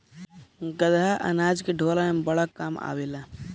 गदहा अनाज के ढोअला में बड़ा काम आवेला